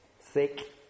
thick